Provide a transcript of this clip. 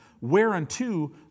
whereunto